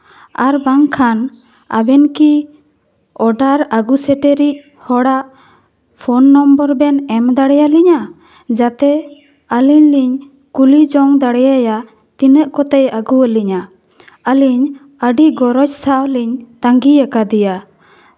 ᱟᱨ ᱵᱟᱝᱠᱷᱟᱱ ᱟᱹᱵᱤᱱ ᱠᱤ ᱚᱰᱟᱨ ᱟᱹᱜᱩ ᱥᱮᱴᱮᱨᱤᱡ ᱦᱚᱲᱟᱜ ᱯᱷᱳᱱ ᱱᱚᱢᱵᱚᱨ ᱵᱮᱱ ᱮᱢ ᱫᱟᱲᱮ ᱟᱹᱞᱤᱧᱟ ᱡᱟᱛᱮ ᱟᱹᱞᱤᱧ ᱞᱤᱧ ᱠᱩᱞᱤ ᱡᱚᱝ ᱫᱟᱲᱮ ᱟᱭᱟ ᱛᱤᱱᱟᱹᱜ ᱠᱚᱛᱮᱭ ᱟᱹᱜᱩ ᱟᱹᱞᱤᱧᱟ ᱟᱹᱞᱤᱧ ᱟᱹᱰᱤ ᱜᱚᱨᱚᱡᱽ ᱥᱟᱶ ᱞᱤᱧ ᱛᱟᱹᱜᱤᱭᱟᱠᱟᱫᱮᱭᱟ